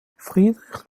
friedrich